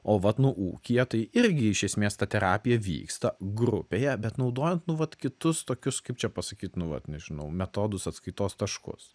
o vat nu ūkyje tai irgi iš esmės ta terapija vyksta grupėje bet naudojant nu vat kitus tokius kaip čia pasakyt nu vat nežinau metodus atskaitos taškus